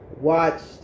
watched